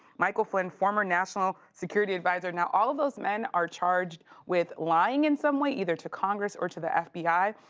michael flynn, former national security adviser. now all those men are charged with lying in some way either to congress or to the fbi.